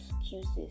excuses